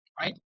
Right